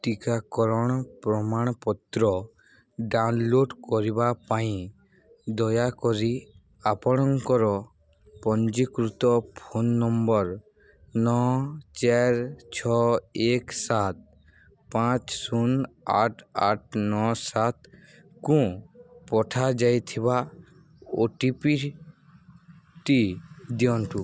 ଟିକାକରଣ ପ୍ରମାଣପତ୍ର ଡ଼ାଉନଲୋଡ଼୍ କରିବା ପାଇଁ ଦୟାକରି ଆପଣଙ୍କର ପଞ୍ଜୀକୃତ ଫୋନ ନମ୍ବର ନଅ ଚାରି ଛଅ ଏକ ସାତ ପାଞ୍ଚ ଶୂନ ଆଠ ଆଠ ନଅ ସାତଙ୍କୁ ପଠାଯାଇଥିବା ଓଟିପିଟି ଦିଅନ୍ତୁ